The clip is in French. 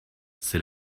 c’est